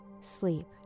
sleep